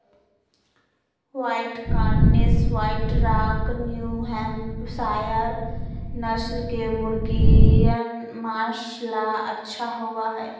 white Cornish, White Rock, New Hampshire नस्ल के मुर्गियन माँस ला अच्छा होबा हई